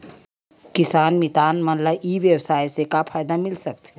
किसान मितान मन ला ई व्यवसाय से का फ़ायदा मिल सकथे?